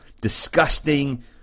disgusting